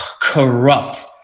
corrupt